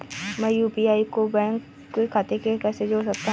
मैं यू.पी.आई को बैंक खाते से कैसे जोड़ सकता हूँ?